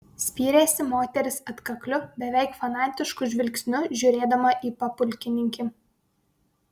spyrėsi moteris atkakliu beveik fanatišku žvilgsniu žiūrėdama į papulkininkį